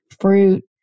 fruit